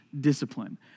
discipline